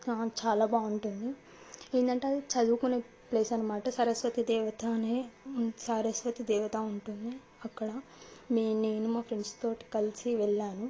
చాలా బాగుంటుంది ఏంటంటే అది చదువుకునే ప్లేస్ అన్నమాట సరస్వతి దేవత అనే సరస్వతి దేవత ఉంటుంది అక్కడ నేను మా ఫ్రెండ్స్ తోటి కలిసి వెళ్లాను